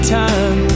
time